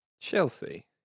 Chelsea